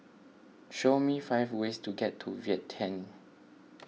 show me five ways to get to Vientiane